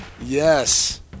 Yes